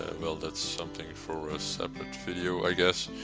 well that's something for a separate video i guess,